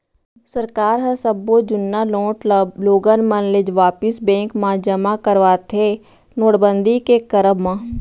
सरकार ह सब्बो जुन्ना नोट ल लोगन मन ले वापिस बेंक म जमा करवाथे नोटबंदी के करब म